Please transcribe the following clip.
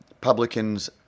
publicans